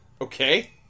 Okay